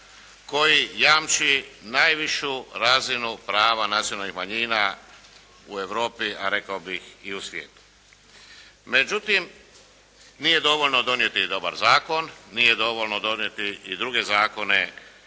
koji jamči najvišu razinu prava nacionalnih manjina u Europi a rekao bih i u svijetu. Međutim, nije dovoljno donijeti dobar zakon, nije dovoljno donijeti i druge zakone